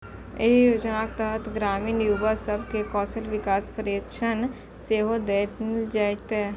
एहि योजनाक तहत ग्रामीण युवा सब कें कौशल विकास प्रशिक्षण सेहो देल जेतै